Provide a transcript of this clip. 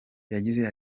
yagize